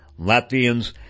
Latvians